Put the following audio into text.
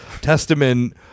Testament